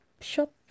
shop